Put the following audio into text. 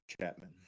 Chapman